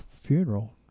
funeral